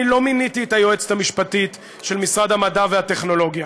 אני לא מיניתי את היועצת המשפטית של משרד המדע והטכנולוגיה.